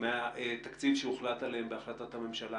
מהתקציב עליו הוחלט בהחלטת הממשלה,